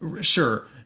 sure